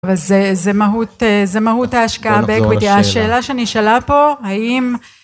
אז זה זה מהות ההשקעה בעקבות השאלה שנשאלה פה, האם...